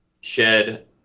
shed